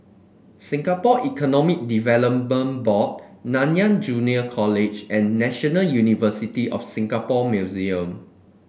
Singapore Economic Development Board Nanyang Junior College and National University of Singapore Museum